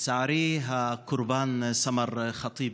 לצערי הרב, הקורבן סמר ח'טיב,